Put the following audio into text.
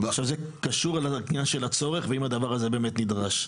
זה קשור לעניין הצורך, האם הדבר הזה באמת נדרש.